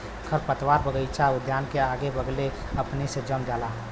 खरपतवार बगइचा उद्यान के अगले बगले अपने से जम जाला